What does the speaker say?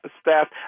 staff